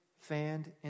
fanned